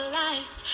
life